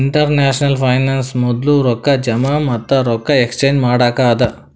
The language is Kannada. ಇಂಟರ್ನ್ಯಾಷನಲ್ ಫೈನಾನ್ಸ್ ಮೊದ್ಲು ರೊಕ್ಕಾ ಜಮಾ ಮತ್ತ ರೊಕ್ಕಾ ಎಕ್ಸ್ಚೇಂಜ್ ಮಾಡಕ್ಕ ಅದಾ